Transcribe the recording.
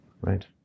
Right